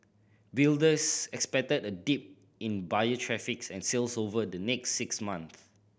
builders expected a dip in buyer traffic and sales over the next six months